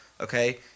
Okay